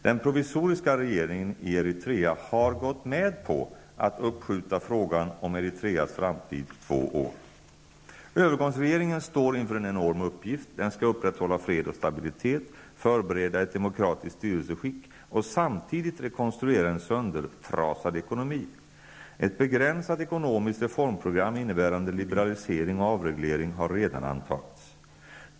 Den provisoriska regeringen i Eritrea har gått med på att uppskjuta frågan om Övergångsregeringen står inför en enorm uppgift. Den skall upprätthålla fred och stabilitet, förbereda ett demokratiskt styrelseskick och samtidigt rekonstruera en söndertrasad ekonomi. Ett begränsat ekonomiskt reformprogram innebärande liberalisering och avreglering har redan antagits.